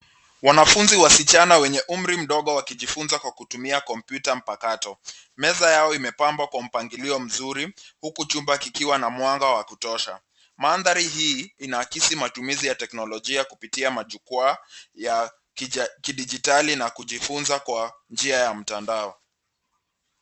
Wanafunzi wasichana wenye umri mdogo wakijifunza kutumia kompyuta mpakato. Meza yao imepambwa kwa mpangilio mzuri, huku chumba kikiwa na mwanga wa kutosha. Mandhari hii, inaakisi matumizi ya teknolojia kupitia majukwaa ya kidijitali na kujifunza kwa njia ya mtandao.